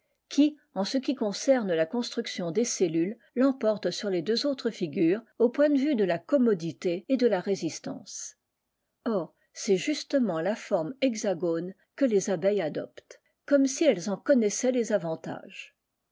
qui en ce qui concerne la construction des cellules l'emporte sur les deux autres figures au point de vue de la commodité et de la résistance or c'est justement la forme hexagone que les abeilles adoptent comme si elles en connaissaient les avantages